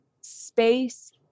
space